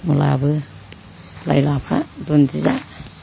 मुलायाबो लाइ लाफा दुन्दिया